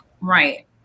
Right